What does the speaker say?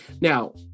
Now